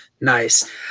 nice